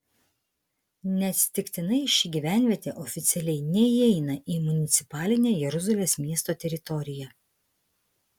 neatsitiktinai ši gyvenvietė oficialiai neįeina į municipalinę jeruzalės miesto teritoriją